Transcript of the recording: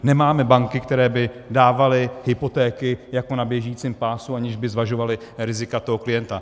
Nemáme banky, které by dávaly hypotéky jako na běžícím pásu, aniž by zvažovaly rizika toho klienta.